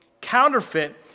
Counterfeit